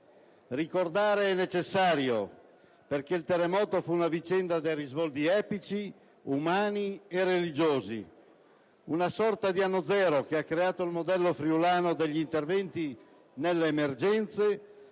Ricordare è necessario perché il terremoto fu una vicenda dai risvolti epici, umani e religiosi, una sorta di anno zero che ha creato il modello friulano degli interventi nelle emergenze